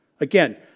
again